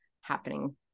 happening